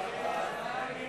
הצעת סיעת קדימה